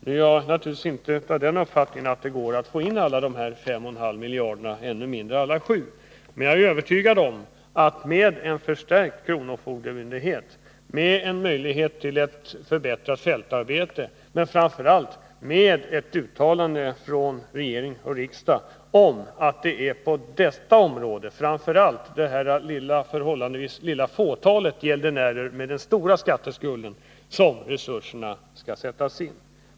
Jag tror naturligtvis inte att det går att få in allt av dessa 5,5 miljarder, ännu mindre av de 7 miljarderna, men jag är övertygad om att en förstärkt kronofogdemyndighet skulle ges möjligheter att bedriva ett förbättrat fältarbete. Det som skulle ha betytt allra mest hade varit ett uttalande från regering och riksdag om att det framför allt är på det område som rör det lilla fåtalet gäldenärer med de stora skatteskulderna som resurserna skall sättas in.